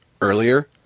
earlier